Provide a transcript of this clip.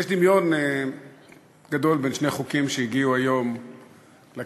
יש דמיון גדול בין שני החוקים שהגיעו היום לכנסת